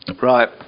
Right